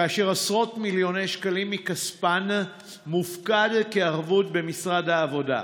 כאשר עשרות מיליוני שקלים מכספן מופקדים כערבות במשרד העבודה,